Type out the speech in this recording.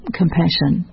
compassion